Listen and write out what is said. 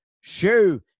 shoe